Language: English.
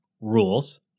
rules